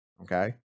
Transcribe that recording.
Okay